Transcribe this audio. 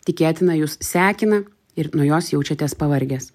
tikėtina jus sekina ir nuo jos jaučiatės pavargęs